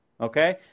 okay